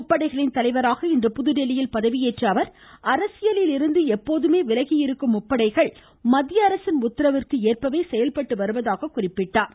முப்படைகளின் தலைவராக இன்று புதுதில்லியில் பதவியேற்ற அவர் அரசியலில் இருந்து எப்போதுமே விலகியிருக்கும் முப்படைகள் மத்தியஅரசின் உத்தரவிற்கேற்ப செயல்பட்டு வருவதாக குறிப்பிட்டார்